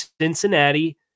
Cincinnati